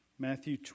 Matthew